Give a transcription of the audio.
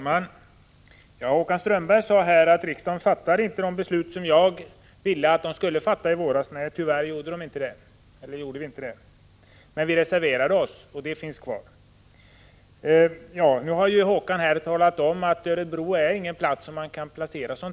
Fru talman! Håkan Strömberg sade att riksdagen i våras inte fattade de beslut som jag ville att man skulle fatta. Nej, tyvärr gjorde man inte det. Men våra reservationer står kvar. Nu har Håkan Strömberg talat om att Örebro inte är en plats där kemikalieinspektionen kan placeras.